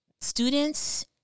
students